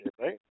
right